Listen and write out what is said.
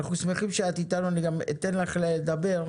אנחנו שמחים שאת איתנו, אני גם אתן לך לדבר,